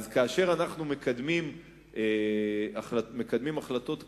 כאשר אנחנו מקדמים החלטות כאלה,